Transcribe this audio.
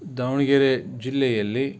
ದಾವಣಗೆರೆ ಜಿಲ್ಲೆಯಲ್ಲಿ